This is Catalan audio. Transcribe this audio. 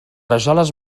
rajoles